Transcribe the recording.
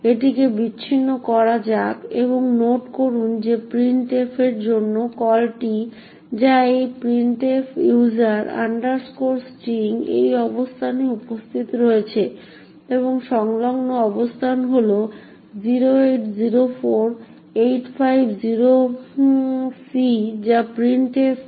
এটিকে বিচ্ছিন্ন করা যাক এবং নোট করুন যে প্রিন্টএফ এর জন্য কলটি যা এই printf user string এই অবস্থানে উপস্থিত রয়েছে এবং সংলগ্ন অবস্থান হল 0804850c যা printf থেকে রিটার্ন এড্রেস